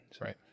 Right